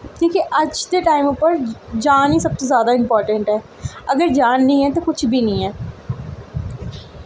क्योंकि अज्ज दे टाइम उप्पर जान ही सब तों जादा इंपार्टैंट ऐ अगर जान निं ऐ ते कुछ बी निं ऐ